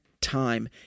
time